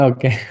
Okay